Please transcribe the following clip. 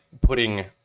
putting